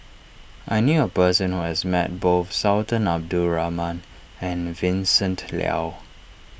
I knew a person who has met both Sultan Abdul Rahman and Vincent Leow